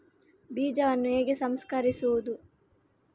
ಬೀಜವನ್ನು ಹೇಗೆ ಸಂಸ್ಕರಿಸುವುದು?